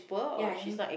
ya and